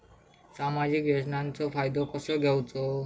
सामाजिक योजनांचो फायदो कसो घेवचो?